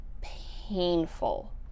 painful